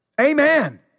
Amen